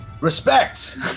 Respect